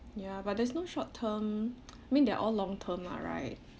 ya but there's no short term mean they're all long term lah right